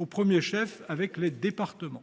au premier chef avec les départements.